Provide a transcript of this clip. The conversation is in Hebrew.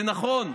זה נכון,